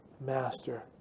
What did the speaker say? master